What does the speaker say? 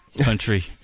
country